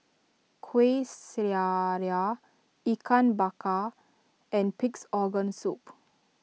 Kueh Syara Ikan Bakar and Pig's Organ Soup